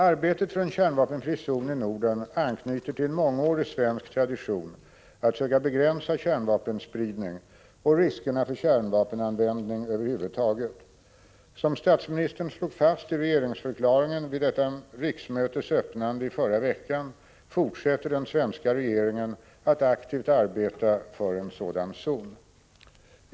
Arbetet för en kärnvapenfri zon i Norden anknyter till en mångårig svensk tradition att söka begränsa kärnvapenspridning och riskerna för kärnvapenanvändning över huvud taget. Som statsministern slog fast i regeringsförklaringen vid detta riksmötes öppnande i förra veckan, fortsätter den svenska regeringen att aktivt arbeta för en sådan zon.